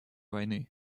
войны